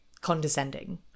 condescending